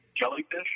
jellyfish